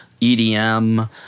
EDM